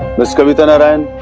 ms. kavita narayan.